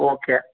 okay